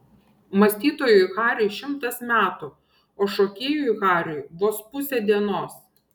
mąstytojui hariui šimtas metų o šokėjui hariui vos pusė dienos